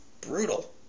Brutal